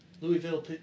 Louisville